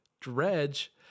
Dredge